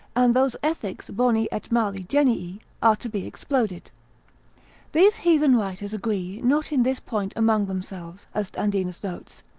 and those ethnics boni et mali genii, are to be exploded these heathen writers agree not in this point among themselves, as dandinus notes,